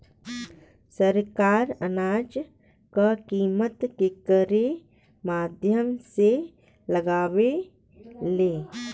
सरकार अनाज क कीमत केकरे माध्यम से लगावे ले?